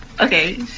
Okay